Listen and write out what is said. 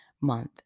month